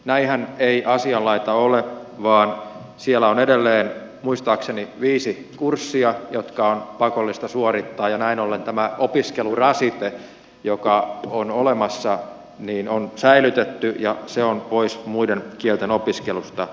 näinhän ei asianlaita ole vaan siellä on edelleen muistaakseni viisi kurssia jotka on pakollista suorittaa ja näin ollen tämä opiskelurasite joka on olemassa on säilytetty ja se on pois muiden kielten opiskelusta